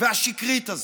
והשקרית הזאת?